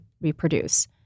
reproduce